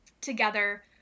together